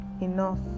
enough